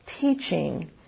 teaching